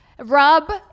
Rub